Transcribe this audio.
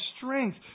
strength